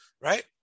right